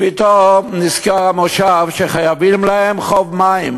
פתאום נזכר המושב שחייבים להם חוב מים.